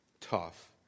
tough